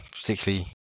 particularly